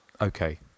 Okay